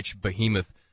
behemoth